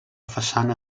façana